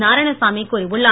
நாராயணசாமி கூறியுள்ளார்